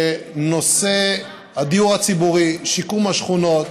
שנושא הדיור הציבורי, שיקום השכונות,